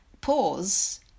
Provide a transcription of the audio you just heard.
pause